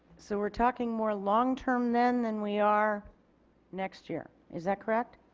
so we are talking more long-term then than we are next year. is that correct?